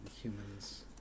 humans